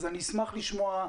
אני אשמח לשמוע,